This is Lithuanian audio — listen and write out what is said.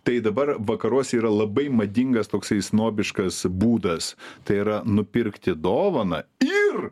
tai dabar vakaruose yra labai madingas toksai snobiškas būdas tai yra nupirkti dovaną ir